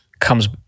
comes